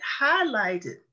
highlighted